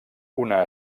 una